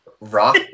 Rock